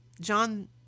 John